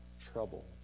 trouble